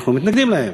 אנחנו מתנגדים להן.